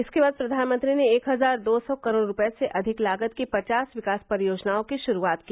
इसके बाद प्रधानमंत्री ने एक हजार दो सौ करोड़ रुपये से अधिक लागत की पचास विकास परियोजनाओं की शुरूआत की